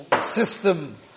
system